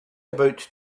about